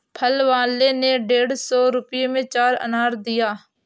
फल वाले ने डेढ़ सौ रुपए में चार अनार दिया